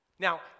Now